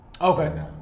okay